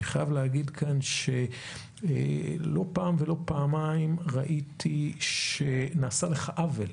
אני חייב להגיד כאן שלא פעם ולא פעמיים ראיתי שנעשה לך עוול,